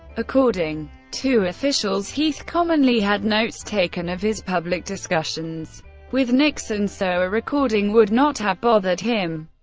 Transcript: according to officials, heath commonly had notes taken of his public discussions with nixon so a recording would not have bothered him.